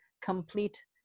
complete